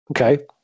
Okay